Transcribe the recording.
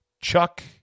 Chuck